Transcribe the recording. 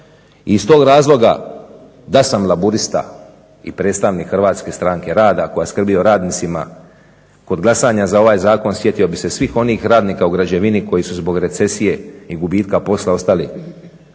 iz tog razloga da sam Laburista i predstavnik Hrvatske stranke rada koja skrbi o radnicima kod glasanja za ovaj zakon sjetio bih se svih onih radnika u građevini koji su zbog recesije i gubitka posla ostali